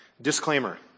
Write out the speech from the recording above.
Disclaimer